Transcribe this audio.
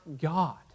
God